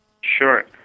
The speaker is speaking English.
Sure